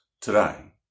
today